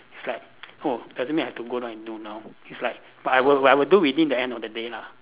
it's like oh does it mean I have to go down and do now it's like but I will I will do within the end of the day lah